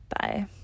Bye